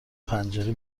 پنجره